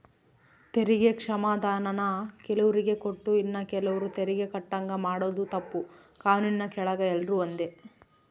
ತೆರಿಗೆ ಕ್ಷಮಾಧಾನಾನ ಕೆಲುವ್ರಿಗೆ ಕೊಟ್ಟು ಇನ್ನ ಕೆಲುವ್ರು ತೆರಿಗೆ ಕಟ್ಟಂಗ ಮಾಡಾದು ತಪ್ಪು, ಕಾನೂನಿನ್ ಕೆಳಗ ಎಲ್ರೂ ಒಂದೇ